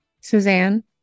Suzanne